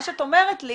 מה שאת אומרת לי